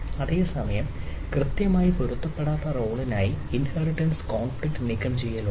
അതേസമയം കൃത്യമായി പൊരുത്തപ്പെടാത്ത റോളിനായി ഇൻഹെറിറ്റൻസ് കോൺഫ്ലിക്റ് നീക്കംചെയ്യൽ ഉണ്ട്